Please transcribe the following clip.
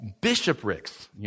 bishoprics